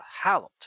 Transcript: hallowed